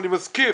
אני מזכיר